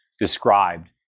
described